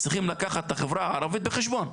צריכים לקחת את החברה הערבית בחשבון.